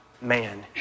man